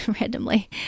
randomly